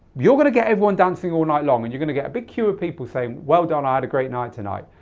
you're going to get everyone dancing all night long and you're going to get a big queue of people saying well done, i had a great night tonight,